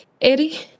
Eddie